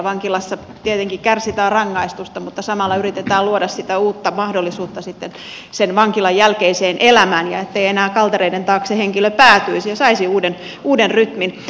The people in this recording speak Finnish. vankilassa tietenkin kärsitään rangaistusta mutta samalla yritetään luoda sitä uutta mahdollisuutta sitten sen vankilan jälkeiseen elämään ettei enää kaltereiden taakse henkilö päätyisi ja saisi uuden rytmin